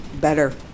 better